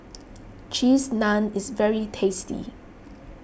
Cheese Naan is very tasty